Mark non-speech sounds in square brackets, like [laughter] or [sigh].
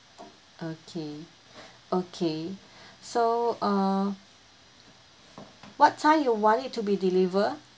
okay [breath] okay so uh what time you want it to be deliver